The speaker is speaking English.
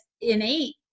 innate